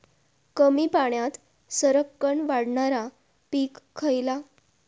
कमी पाण्यात सरक्कन वाढणारा पीक खयला?